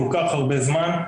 כל כך הרבה זמן,